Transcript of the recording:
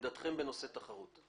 מה עמדתכם בנושא תחרות?